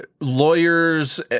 lawyers